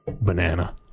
banana